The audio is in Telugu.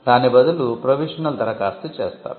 దాని బదులు ప్రోవిషనల్ దరఖాస్తు చేస్తారు